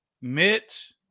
Mitch